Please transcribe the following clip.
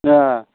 ए